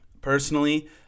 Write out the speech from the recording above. personally